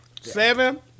seven